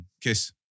Kiss